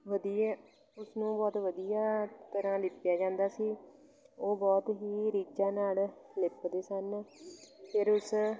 ਵਧੀਆ ਉਸਨੂੰ ਬਹੁਤ ਵਧੀਆ ਤਰ੍ਹਾਂ ਲਿਪਿਆ ਜਾਂਦਾ ਸੀ ਉਹ ਬਹੁਤ ਹੀ ਰੀਝਾਂ ਨਾਲ ਲਿਪਦੇ ਸਨ ਫਿਰ ਉਸ